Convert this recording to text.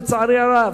לצערי הרב.